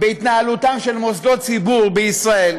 בהתנהלותם של מוסדות ציבור בישראל,